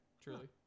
truly